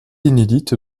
inédite